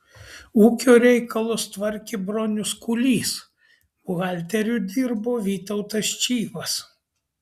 ūkio reikalus tvarkė bronius kūlys buhalteriu dirbo vytautas čyvas